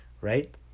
right